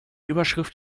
überschrift